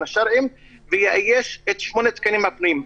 השרעיים ויאייש את שמונת התקנים הפנויים,